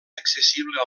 accessible